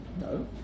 No